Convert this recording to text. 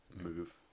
move